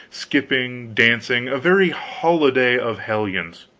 skipping, dancing a very holiday of hellions,